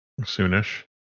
soonish